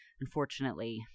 unfortunately